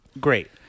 Great